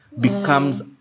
Becomes